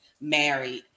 married